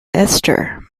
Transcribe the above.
esther